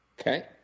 Okay